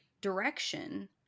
direction